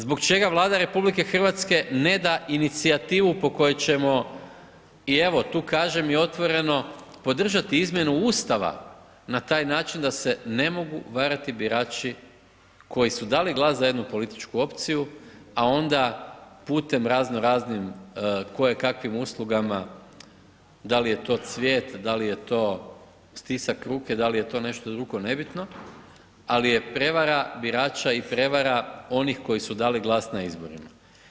Zbog čega Vlada Republike Hrvatske ne da inicijativu po kojoj ćemo i evo tu kažem i otvoreno podržati izmjenu Ustava na taj način da se ne mogu varati birači koji su dali glas za jednu političku opciju a onda putem razno-raznih kojekakvim uslugama da li je to cvijet, da li je to stisak ruke, da li je to nešto drugo nebitno, ali je prevara birača i prevara onih koji su dali glas na izborima?